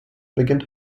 beginnt